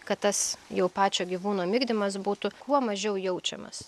kad tas jau pačio gyvūno migdymas būtų kuo mažiau jaučiamas